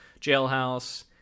jailhouse